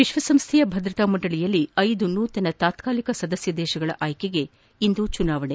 ವಿಶ್ವಸಂಸ್ಥೆಯ ಭದ್ರತಾ ಮಂಡಳಿಯಲ್ಲಿ ಐದು ನೂತನ ತಾತ್ಕಾಲಿಕ ಸದಸ್ಯ ದೇಶಗಳ ಆಯ್ಕೆಗೆ ಇಂದು ಚುನಾವಣೆ